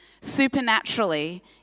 supernaturally